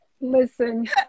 Listen